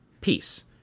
peace